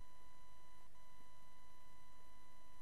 אבל